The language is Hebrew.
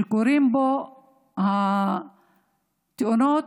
שקורות בו התאונות